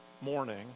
morning